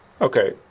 Okay